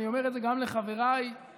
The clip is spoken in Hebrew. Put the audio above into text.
אני אומר את זה גם לחבריי בשמאל,